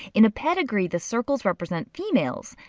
in a pedigree, the circles represent females.